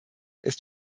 ist